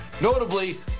notably